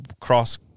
cross